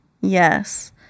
yes